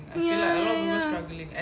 ya ya